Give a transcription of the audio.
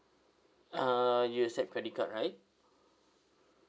uh you accept credit card right